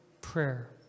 prayer